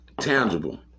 tangible